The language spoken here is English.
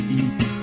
eat